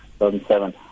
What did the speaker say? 2007